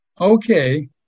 okay